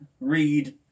read